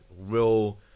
Real